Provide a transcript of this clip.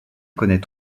connait